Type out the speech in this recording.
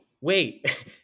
wait